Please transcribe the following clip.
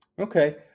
Okay